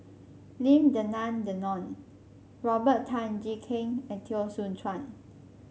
Lim Denan Denon Robert Tan Jee Keng and Teo Soon Chuan